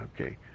Okay